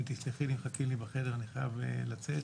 אם תסלחי, מחכים לי בחדר, אני חייב לצאת.